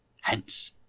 Hence